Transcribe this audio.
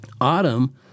autumn